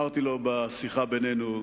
אמרתי לו בשיחה בינינו: